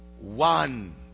one